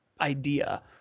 idea